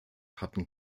hatten